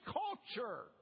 culture